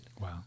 wow